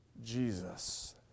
Jesus